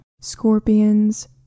scorpions